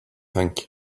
think